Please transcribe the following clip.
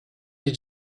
did